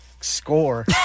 score